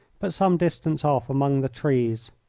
but some distance off, among the trees.